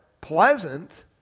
pleasant